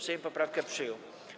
Sejm poprawkę przyjął.